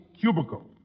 cubicle